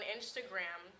Instagram